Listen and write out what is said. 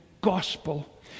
gospel